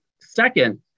Second